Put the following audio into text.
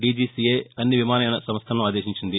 DGCA అన్ని విమానయాన సంస్థలను ఆదేశించింది